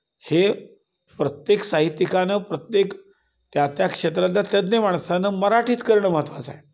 हे प्रत्येक साहित्यिकानं प्रत्येक त्या त्या क्षेत्रातल्या तज्ञ माणसानं मराठीत करणं महत्त्वाचं आहे